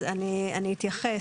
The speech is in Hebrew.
אז אני אתייחס.